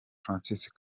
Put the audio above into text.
francois